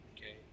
Okay